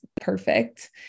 perfect